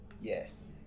Yes